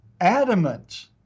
adamant